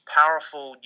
powerful